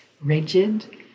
rigid